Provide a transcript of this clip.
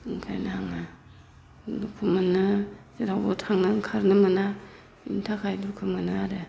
बेखायनो आङो दुखु मोनो जेरावबो थांनो ओंखारनो मोना बिनि थाखाय दुखु मोनो आरो